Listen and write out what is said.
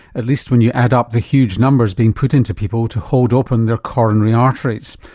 at least when you add up the huge numbers being put into people to hold open their coronary arteries.